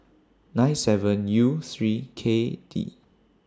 nine seven U three K D